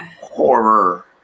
horror